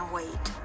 Wait